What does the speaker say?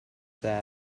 sat